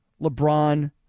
LeBron